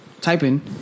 typing